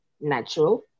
natural